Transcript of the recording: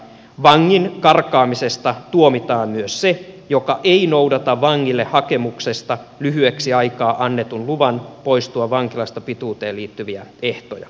vangin karkaamisesta tuomitaan myös se joka ei noudata vangille hakemuksesta lyhyeksi aikaa annetun luvan poistua vankilasta pituuteen liittyviä ehtoja